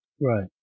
Right